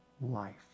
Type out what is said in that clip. life